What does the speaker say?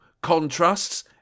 Contrasts